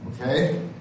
Okay